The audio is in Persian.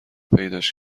پیداش